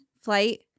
flight